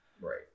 Right